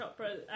Chopra